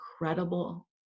incredible